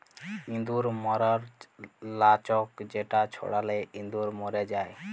ইঁদুর ম্যরর লাচ্ক যেটা ছড়ালে ইঁদুর ম্যর যায়